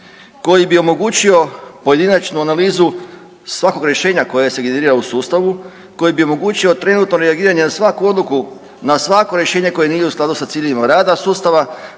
koji bi omogućio pojedinačnu analizu svakog rješenja koje se generira u sustavu, koji bi omogućio trenutno reagiranje na svaku odluku, na svako rješenje koje nije u skladu sa ciljevima rada sustava